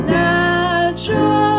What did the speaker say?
natural